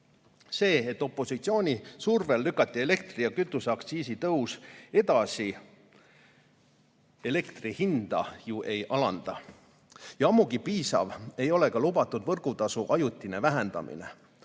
et opositsiooni survel lükati elektri- ja kütuseaktsiisi tõus edasi, elektri hinda ju ei alanda. Ja ammugi ei ole piisav ka lubatud võrgutasu ajutine vähendamine.